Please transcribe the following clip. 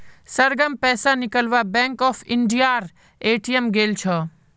सरगम पैसा निकलवा बैंक ऑफ इंडियार ए.टी.एम गेल छ